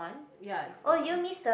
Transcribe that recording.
ya it's gone